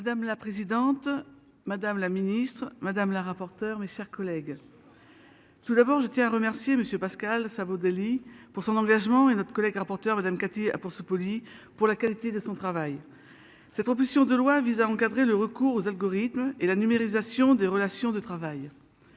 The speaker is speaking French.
Madame la présidente, madame la ministre madame la rapporteure mais c'est cher collègue. Tout d'abord je tiens à remercier monsieur Pascal ça vaut. Pour son engagement et notre collègue rapporteur Madame Katia pour se polie pour la qualité de son travail. Cette proposition de loi visant à encadrer le recours aux algorithmes et la numérisation des relations de travail.